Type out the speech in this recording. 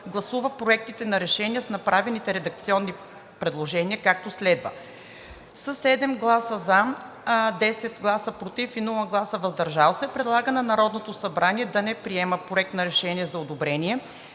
гласува проектите на решения с направените редакционни предложения, както следва: 1. със 7 гласа „за“, 10 гласа „против“ и 0 гласа „въздържал се“ предлага на Народното събрание да не приема Проект на решение за одобрение